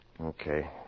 Okay